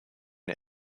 der